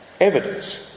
evidence